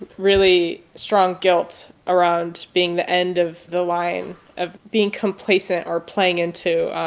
really strong guilt around being the end of the line, of being complacent or playing into